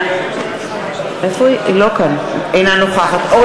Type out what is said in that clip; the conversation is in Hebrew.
אינה נוכחת מיקי לוי,